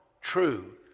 true